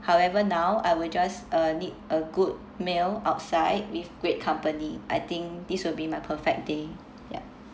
however now I will just uh need a good meal outside with great company I think this will be my perfect day yup